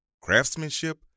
craftsmanship